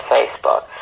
Facebook